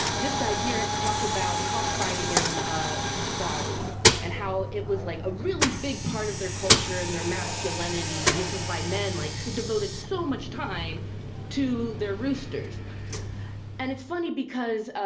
this guy, geertz, talks about cockfighting in ah bali and how it was, like, a really big part of their culture and their masculinity and this is why men like who devoted so much time to their roosters and it's funny because,